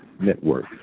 Network